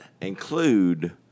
include